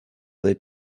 they